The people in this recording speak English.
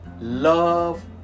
love